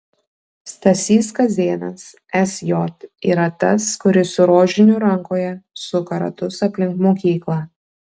stasys kazėnas sj yra tas kuris su rožiniu rankoje suka ratus aplink mokyklą